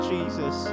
Jesus